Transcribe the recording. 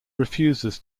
refuses